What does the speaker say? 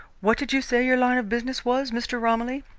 what did you say your line of business was, mr. romilly?